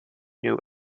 new